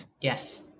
Yes